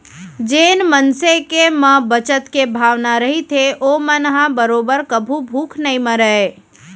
जेन मनसे के म बचत के भावना रहिथे ओमन ह बरोबर कभू भूख नइ मरय